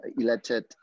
elected